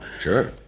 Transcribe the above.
Sure